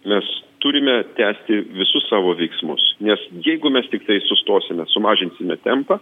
mes turime tęsti visus savo veiksmus nes jeigu mes tiktai sustosime sumažinsime tempą